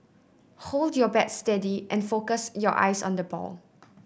hold your bat steady and focus your eyes on the ball